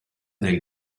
del